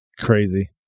Crazy